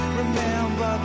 remember